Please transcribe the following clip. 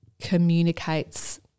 communicates